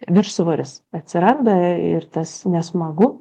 viršsvoris atsiranda ir tas nesmagu